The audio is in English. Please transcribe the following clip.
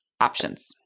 options